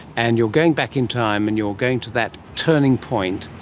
and you're going back in time and you're going to that turning point.